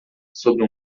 sobre